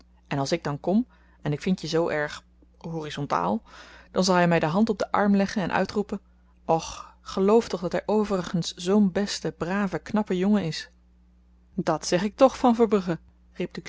en als ik dan kom en ik vind je zoo erg horizontaal dan zal hy my de hand op den arm leggen en uitroepen och geloof toch dat hy overigens zoo'n beste brave knappe jongen is dat zeg ik tch van